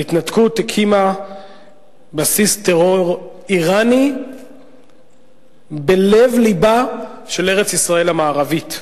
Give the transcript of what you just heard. ההתנתקות הקימה בסיס טרור אירני בלב לבה של ארץ-ישראל המערבית.